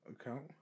account